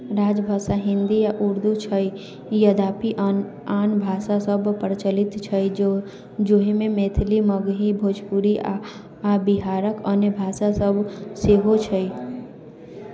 राजभाषा हिन्दी आ उर्दू अछि यद्यपि आन भाषा सभ प्रचलित अछि जाहिमे मैथिली मगही भोजपुरी आ बिहारके अन्य भाषा सभ सेहो अछि